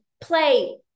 play